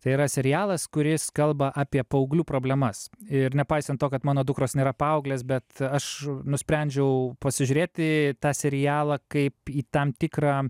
tai yra serialas kuris kalba apie paauglių problemas ir nepaisant to kad mano dukros nėra paauglės bet aš nusprendžiau pasižiūrėt į tą serialą kaip į tam tikrą